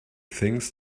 things